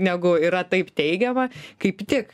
negu yra taip teigiama kaip tik